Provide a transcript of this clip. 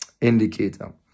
indicator